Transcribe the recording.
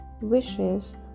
wishes